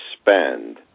spend